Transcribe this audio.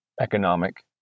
economic